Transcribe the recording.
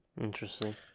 Interesting